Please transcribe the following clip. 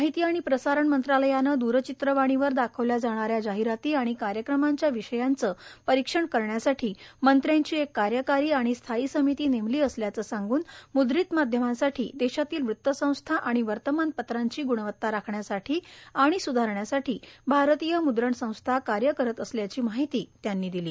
माहिती आणि प्रसारण मंत्रालयानं दूरचित्रवाणीवर दाखवल्या जाणाऱ्या जाहिराती आणि कार्यक्रमांच्या विषयांचं परीक्षण करण्यासाठी मंत्र्यांची एक कार्यकारी आणि स्थायी समिती नेमली असल्याचं सांगून मुद्रित माध्यमांसाठी देशातील वृत्तसंस्था आणि वर्तमानपत्रांची गुणवत्ता राखण्यासाठी आणि सुधारण्यासाठी भारतीय मुद्रण संस्था कार्य करत असल्याची माहिती त्यांनी दिली